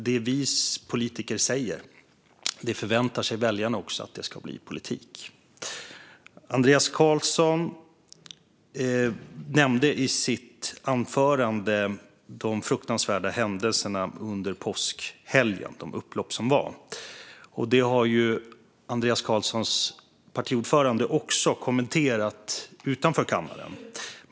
Det vi politiker säger väntar sig väljarna också ska bli politik. Andreas Carlson nämnde i sitt anförande de fruktansvärda händelserna under påskhelgen och de upplopp som var. Det har Andreas Carlsons partiordförande också kommenterat utanför kammaren.